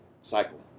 cycle